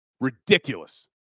Ridiculous